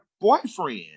boyfriend